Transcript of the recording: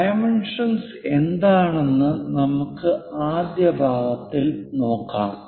dimensions എന്താണെന്ന് നമുക്ക് ആദ്യ ഭാഗത്തിൽ നോക്കാം